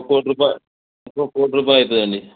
ఒక కోటి రూపా కోటి రూపాయలు అవుతుందండి